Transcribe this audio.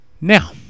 Now